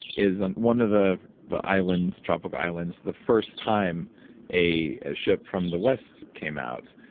is and one of the the islands, tropical islands the first time a ship from the west came out,